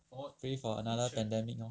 wait for another pandemic lor